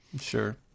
Sure